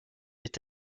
est